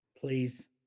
please